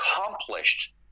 accomplished